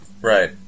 right